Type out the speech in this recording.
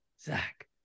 Zach